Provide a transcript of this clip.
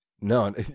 no